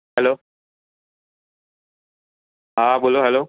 hello હા હા બોલો હેલો